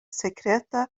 sekreta